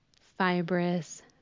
fibrous